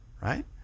Right